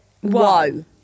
whoa